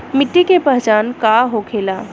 मिट्टी के पहचान का होखे ला?